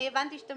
אני הבנתי שאתם